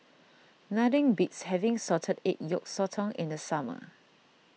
nothing beats having Salted Egg Yolk Sotong in the summer